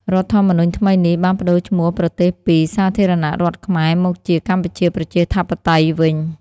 រដ្ឋធម្មនុញ្ញថ្មីនេះបានប្តូរឈ្មោះប្រទេសពី «សាធារណរដ្ឋខ្មែរ» មកជា «កម្ពុជាប្រជាធិបតេយ្យ» វិញ។